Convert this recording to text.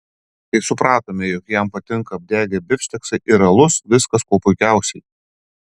kai supratome jog jam patinka apdegę bifšteksai ir alus viskas kuo puikiausiai